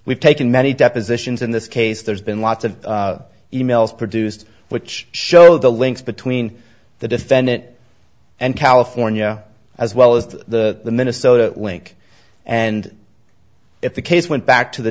we've taken many depositions in this case there's been lots of e mails produced which show the links between the defendant and california as well as to the minnesota link and if the case went back to the